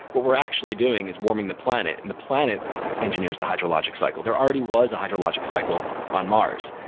what we're actually doing is warming the planet, and the planet engineers, the hydrologic cycle. there already was a hydrologic cycle on mars.